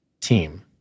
team